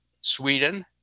Sweden